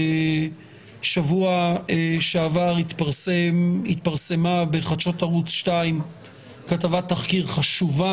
בשבוע שעבר התפרסמה בחדשות ערוץ 2 כתבת תחקיר חשובה